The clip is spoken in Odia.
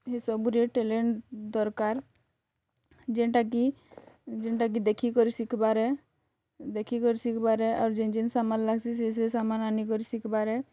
ହେ ସବୁରେ ଟ୍ୟାଲେଣ୍ଟ୍ ଦରକାର୍ ଯେନ୍ଟା କି ଯେନ୍ଟା କି ଦେଖିକରି ଶିଖ୍ବାରେ ଦେଖିକରି ଶିଖ୍ବାରେ ଅର୍ ଜିନ୍ ଜିନ୍ ସାମାନ୍ ଲାଗ୍ସି ସେ ସେ ସାମାନ୍ ଆନିକରି ଶିଖ୍ବାରେ